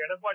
Edappadi